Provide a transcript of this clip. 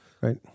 right